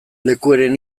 lekueren